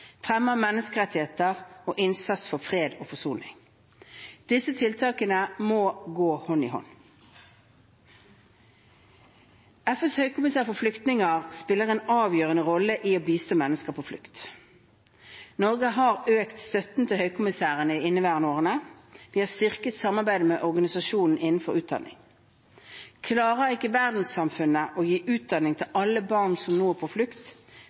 fremme av menneskerettigheter og innsats for fred og forsoning. Disse tiltakene må gå hånd i hånd. FNs høykommissær for flyktninger spiller en avgjørende rolle i å bistå mennesker på flukt. Norge har økt støtten til Høykommissæren i inneværende år, og vi har styrket samarbeidet med organisasjonen innenfor utdanning. Klarer ikke verdenssamfunnet å gi utdanning til alle barn som nå er på flukt,